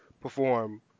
perform